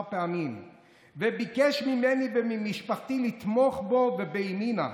פעמים וביקש ממני וממשפחתי לתמוך בו ובימינה.